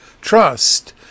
trust